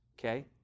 okay